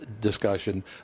discussion